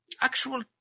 actual